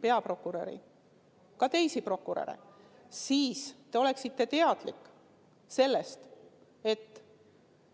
peaprokuröri ja ka teisi prokuröre, siis te oleksite teadlik sellest, et